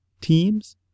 teams